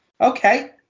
Okay